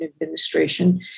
administration